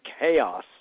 chaos